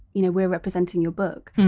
you know, we're representing your book,